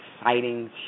exciting